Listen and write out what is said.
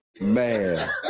Man